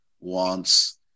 wants